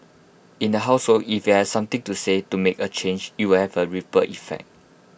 in the household if you have something to say to make A change you will have A ripple effect